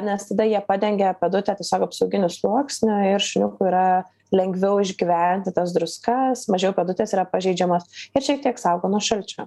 nes tada jie padengia pėdutę tiesiog apsauginiu sluoksniu ir šuniukui yra lengviau išgyventi tas druskas mažiau pėdutės yra pažeidžiamos ir šiek tiek saugo nuo šalčio